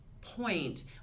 point